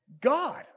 God